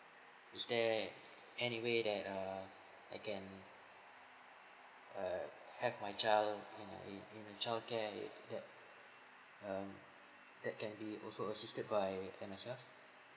is there any way that err I can err have my child ah in in a childcare it that um that can be also assisted by M_S_F